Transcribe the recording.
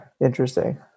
Interesting